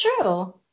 true